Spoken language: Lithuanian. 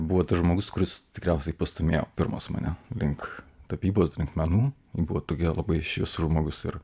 buvo tas žmogus kuris tikriausiai pastūmėjo pirmas mane link tapybos link menų buvo tokia labai šviesus žmogus ir